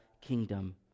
kingdom